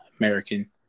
American